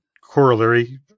corollary